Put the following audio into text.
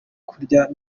kurya